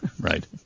Right